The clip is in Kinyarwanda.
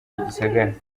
igisagara